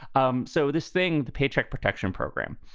um so this thing, the paycheck protection program,